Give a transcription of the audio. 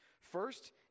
First